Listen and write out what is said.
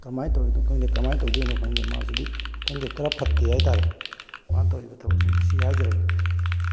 ꯀꯃꯥꯏꯅ ꯇꯧꯔꯤꯅꯣ ꯈꯪꯗꯦ ꯀꯃꯥꯏꯅ ꯇꯧꯗꯣꯏꯅꯣ ꯈꯪꯗꯦ ꯃꯥꯁꯤꯗꯤ ꯈꯪꯗꯦ ꯀꯌꯥ ꯐꯠꯇꯦ ꯍꯥꯏꯇꯥꯔꯦ ꯃꯥꯅ ꯇꯧꯔꯤꯕ ꯊꯕꯛꯁꯤꯡ ꯁꯤ ꯍꯥꯏꯖꯔꯒꯦ